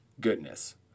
goodness